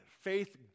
Faith